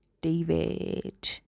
David